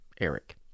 Eric